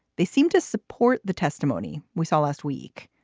they seem to support the testimony we saw last week.